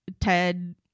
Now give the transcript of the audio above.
Ted